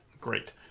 Great